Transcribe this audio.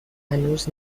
هنوز